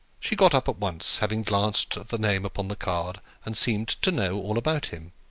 she got up at once, having glanced at the name upon the card, and seemed to know all about him.